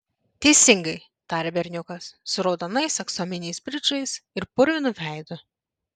teisingai tarė berniukas su raudonais aksominiais bridžais ir purvinu veidu